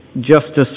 Justice